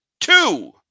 Two